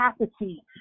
capacity